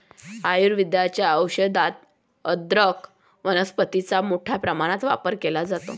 आयुर्वेदाच्या औषधात अदरक वनस्पतीचा मोठ्या प्रमाणात वापर केला जातो